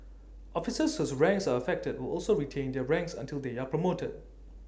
officers whose ranks are affected will also retain their ranks until they are promoted